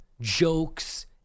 jokes